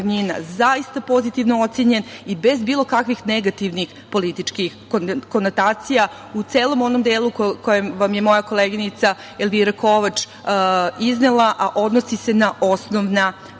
zaista, pozitivno ocenjen i bez bilo kakvih negativnih političkih konotacija u celom onom delu koji vam je moja koleginica, Elvira Kovač iznela, a odnosi se na osnovna